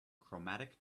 chromatic